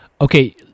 Okay